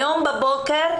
היום בבוקר,